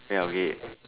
ya okay